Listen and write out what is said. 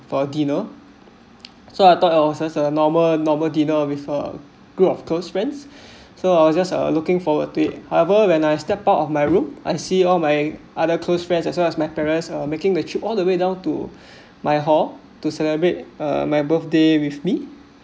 for dinner so I thought I was a normal normal dinner with a group of close friends so I was just looking forward to however when I step out of my room and see all my other close friends as long as my parents are making the trip all the way down to my hall to celebrate my birthday with me